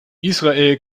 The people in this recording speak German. israel